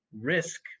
risk